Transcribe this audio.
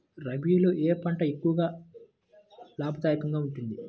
రబీలో ఏ పంట ఎక్కువ లాభదాయకంగా ఉంటుంది?